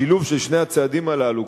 השילוב של שני הצעדים הללו,